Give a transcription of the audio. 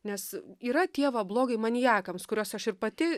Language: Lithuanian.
nes yra tie va blogai maniakams kuriuos aš ir pati